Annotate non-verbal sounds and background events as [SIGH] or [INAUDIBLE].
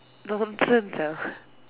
nonsense ah [BREATH]